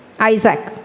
Isaac